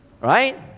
right